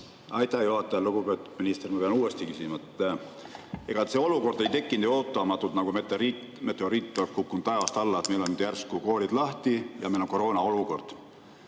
Aitäh, juhataja! Lugupeetud minister! Ma pean uuesti küsima. Ega see olukord ei tekkinud ju ootamatult, nagu meteoriit oleks kukkunud taevast alla, et meil on nüüd järsku koolid lahti ja meil on koroonaolukord